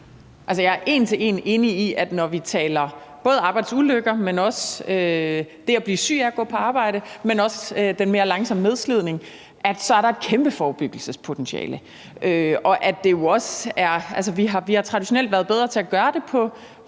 Jeg er en til en enig i, at når vi taler både arbejdsulykker, men også det at blive syg af at gå på arbejde og også den mere langsomme nedslidning, så er der et kæmpe forebyggelsespotentiale. Vi har traditionelt været bedre til at gøre det på